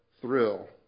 thrill